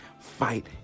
Fight